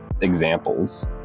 examples